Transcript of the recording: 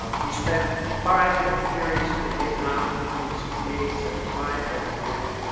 he spent five different periods in vietnam between sixty eight and seventy five, right to the end.